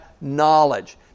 knowledge